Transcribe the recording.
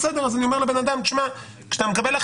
אז אני אומר לבן אדם,